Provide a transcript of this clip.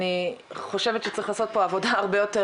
אני חושבת שצריך לעשות פה עבודה הרבה יותר